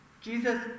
Jesus